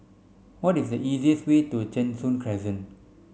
what is the easiest way to Cheng Soon Crescent